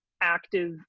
active